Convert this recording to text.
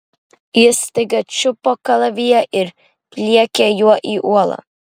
ji staiga čiupo kalaviją ir pliekė juo į uolą